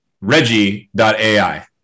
Reggie.ai